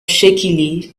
shakily